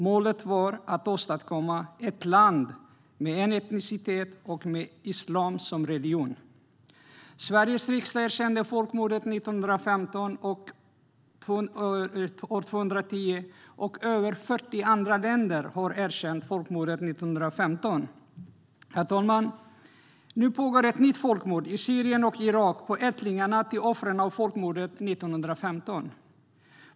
Målet var att åstadkomma ett land med en enda etnicitet och med islam som religion. År 2010 erkände Sveriges riksdag folkmordet 1915, och över 40 andra länder har erkänt det. Herr talman! Nu pågår det ett nytt folkmord i Syrien och Irak på ättlingarna till offren för folkmordet 1915.